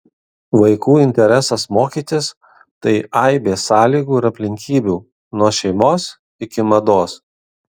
vaikų interesas mokytis tai aibė sąlygų ir aplinkybių nuo šeimos iki mados